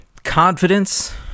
confidence